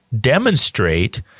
demonstrate